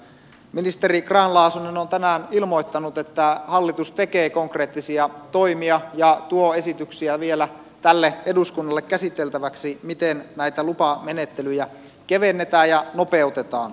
ministeri grahn laasonen on tänään ilmoittanut että hallitus tekee konkreettisia toimia ja tuo esityksiä vielä tälle eduskunnalle käsiteltäväksi miten näitä lupamenettelyjä kevennetään ja nopeutetaan